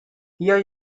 here